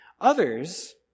Others